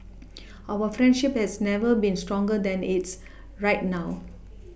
our friendship has never been stronger than it's right now